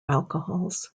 alcohols